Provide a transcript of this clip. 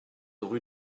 rue